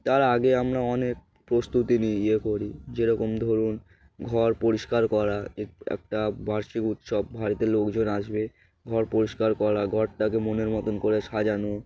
তার আগে আমরা অনেক প্রস্তুতি নিয়ে ইয়ে করি যেরকম ধরুন ঘর পরিষ্কার করা একটা বার্ষিক উৎসব ভারতের লোকজন আসবে ঘর পরিষ্কার করা ঘরটাকে মনের মতন করে সাজানো